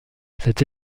cette